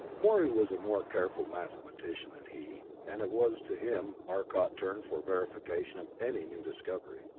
morey was a more careful mathematician than he, and it was to him arcot turned for verification of any new discovery.